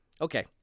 okay